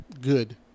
Good